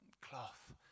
cloth